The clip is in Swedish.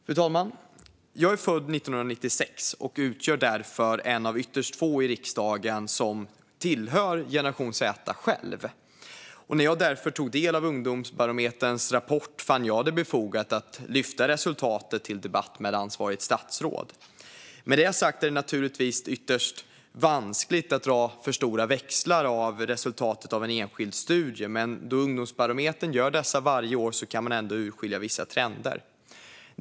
Fru talman! Jag är född 1996 och utgör därför en av ytterst få i riksdagen som tillhör generation Z själv. När jag därför tog del av Ungdomsbarometerns rapport fann jag det befogat att lyfta upp resultatet till debatt med ansvarigt statsråd. Med det sagt är det naturligtvis ytterst vanskligt att dra alltför stora växlar på resultatet av en enskild studie, men då Ungdomsbarometern gör dessa studier varje år kan man ändå urskilja vissa trender.